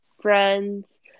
friends